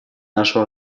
нашу